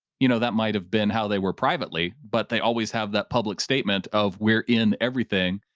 you know that might've been how they were privately, but they always have that public statement of we're in everything.